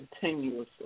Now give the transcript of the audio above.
continuously